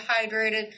hydrated